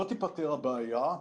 לא תיפתר הבעיה.